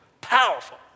Powerful